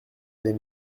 des